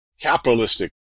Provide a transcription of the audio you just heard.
capitalistic